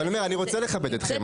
אבל, אני אומר שאני רוצה לכבד אתכם.